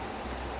mm